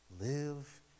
live